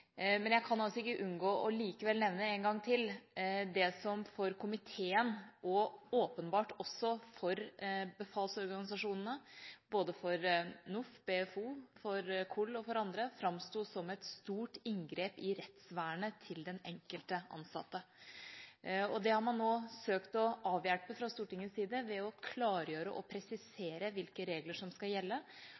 Men jeg kan likevel ikke unngå å nevne en gang til det som for komiteen og åpenbart også for befalsorganisasjonene, både for NOF, for BFO, for KOL og for andre, framsto som et stort inngrep i rettsvernet til den enkelte ansatte. Det har man nå søkt å avhjelpe fra Stortingets side ved å klargjøre og presisere hvilke regler som skal gjelde,